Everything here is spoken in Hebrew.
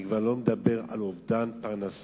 אני כבר לא מדבר על אובדן פרנסה